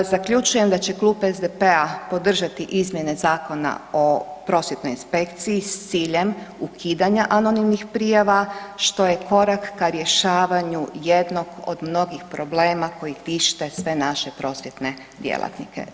Zaključujem da će klub SDP-a podržati izmjene Zakona o prosvjetnoj inspekciji s ciljem ukidanja anonimnih prijava što je korak k rješavanju jednog od mnogih problema koji tište sve naše prosvjetne djelatnike.